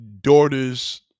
daughter's